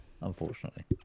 Unfortunately